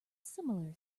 similar